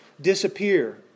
disappear